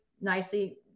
nicely